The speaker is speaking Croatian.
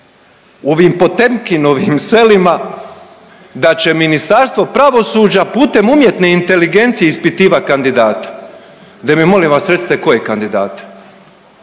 ovim Potemkinovim selima da će Ministarstvo pravosuđa putem umjetne inteligencije ispitivati kandidate. De mi molim vas recite koje kandidate?